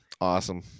awesome